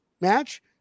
match